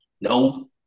No